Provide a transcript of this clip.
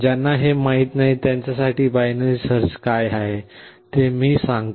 ज्यांना हे माहित नाही त्यांच्यासाठी बायनरी सर्च काय आहे ते मी सांगते